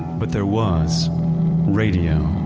but there was radio